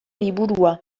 liburua